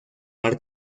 mar